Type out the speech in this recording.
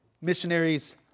missionaries